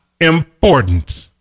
important